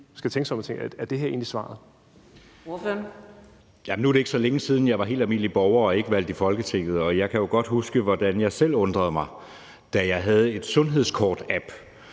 Jeppe Søe (M): Nu er det ikke så længe siden, at jeg var helt almindelig borger og ikke valgt i Folketinget. Jeg kan jo godt huske, hvordan jeg selv undrede mig, da jeg havde en sundhedskortapp